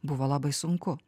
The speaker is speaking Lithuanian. buvo labai sunku